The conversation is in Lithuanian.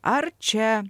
ar čia